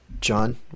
John